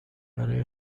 برای